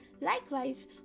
Likewise